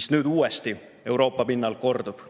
mis nüüd uuesti Euroopa pinnal kordub.